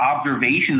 observations